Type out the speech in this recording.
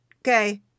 okay